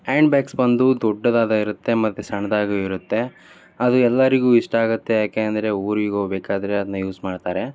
and bags ಬಂದು ದೊಡ್ಡದಾಗು ಇರುತ್ತೆ ಮತ್ತು ಸಣ್ಣದಾಗು ಇರುತ್ತೆ ಅದು ಎಲ್ಲರಿಗೂ ಇಷ್ಟ ಆಗುತ್ತೆ ಯಾಕೆ ಅಂದರೆ ಊರಿಗೆ ಹೋಗ್ಬೇಕಾದ್ರೆ ಅದನೇ ಯೂಸ್ ಮಾಡ್ತಾರೆ